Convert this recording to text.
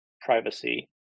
privacy